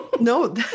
No